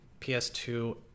ps2